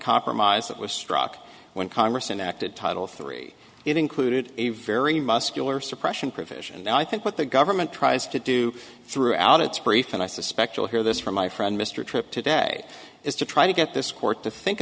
compromise that was struck when congress enacted title three it included a very muscular suppression provision and i think what the government tries to do throughout its brief and i suspect you'll hear this from my friend mr tripp today is to try to get this court to think